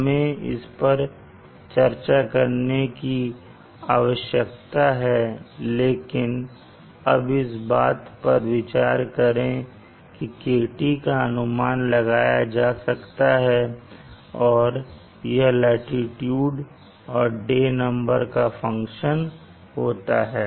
हमें इस पर चर्चा करने की आवश्यकता है लेकिन अब इस बात पर विचार करें कि KT का अनुमान लगाया जा सकता है और यह लाटीट्यूड और डे नंबर का फंक्शन होता है